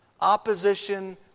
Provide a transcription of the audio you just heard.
opposition